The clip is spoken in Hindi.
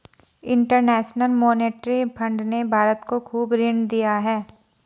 इंटरेनशनल मोनेटरी फण्ड ने भारत को खूब ऋण दिया है